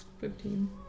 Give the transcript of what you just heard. Fifteen